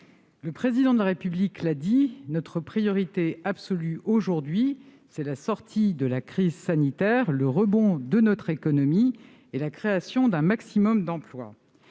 le Président de la République l'a dit, notre priorité absolue, aujourd'hui, c'est la sortie de la crise sanitaire, le rebond de notre économie et la création d'un maximum d'emplois.